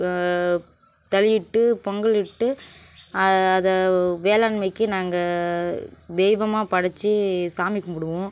தலையிட்டு பொங்கல் இழுட்டு அதை வேளாண்மைக்கு நாங்கள் தெய்வமாக படைச்சி சாமி கொம்புடுவோம்